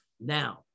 Now